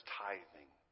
tithing